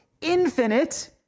infinite